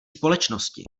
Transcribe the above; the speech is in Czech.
společnosti